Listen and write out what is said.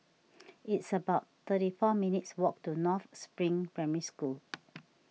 it's about thirty four minutes' walk to North Spring Primary School